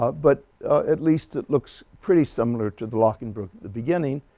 but at least it looks pretty similar to the lachenbruch at the beginning,